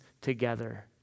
together